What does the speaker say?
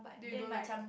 you don't like